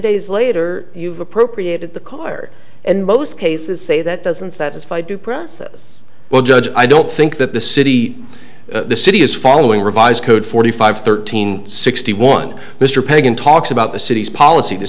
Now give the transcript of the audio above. days later you've appropriated the card in most cases say that doesn't satisfy due process well judge i don't think that the city the city is following revised code forty five thirteen sixty one mr pagan talks about the city's policy t